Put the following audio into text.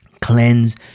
cleanse